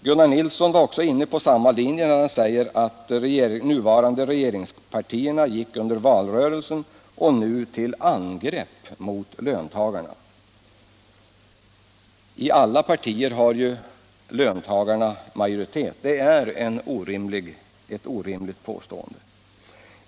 Gunnar Nilsson var inne på samma linje när han sade att de nuvarande regeringspartierna både nu och under valrörelsen har gått till angrepp mot löntagarna. I alla partier har löntagarna majoritet. Det är ju ett orimligt påstående!